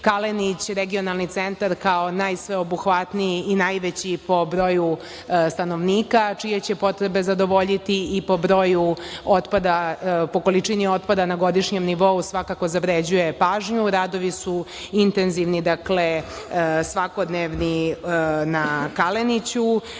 „Kalenić“, regionalni centar kao najsveobuhvatniji i najveći po broju stanovnika, čije će potrebe zadovoljiti i po broju otpada, po količini otpada na godišnjem nivou, svakako zavređuje pažnju. Radovi su intenzivni. Dakle, svakodnevni na „Kaleniću“.